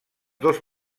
dos